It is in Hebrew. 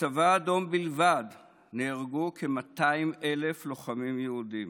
בצבא האדום בלבד נהרגו כ-200,000 לוחמים יהודים.